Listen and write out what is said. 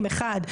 אחד,